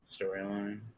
storyline